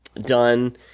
Done